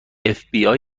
fbi